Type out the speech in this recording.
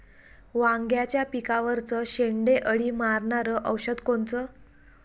वांग्याच्या पिकावरचं शेंडे अळी मारनारं औषध कोनचं?